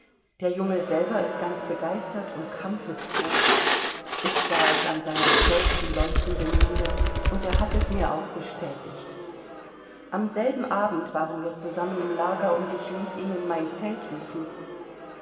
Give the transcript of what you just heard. der junge selber ist ganz begeistert und kampfesfroh ich sah es seiner stolzen leuchtenden miene und er hat es mir auch bestätigt am selben abend waren wir zusammen im lager und ich ließ ihn in mein zelt rufen